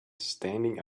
standing